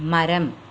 மரம்